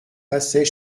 passait